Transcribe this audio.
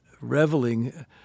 reveling